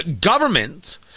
government